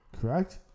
Correct